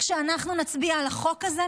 כשאנחנו נצביע על החוק הזה,